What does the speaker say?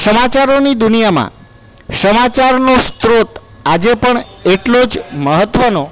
સમાચારોની દુનિયામાં સમાચારનો સ્ત્રોત આજે પણ એટલો જ મહત્વનો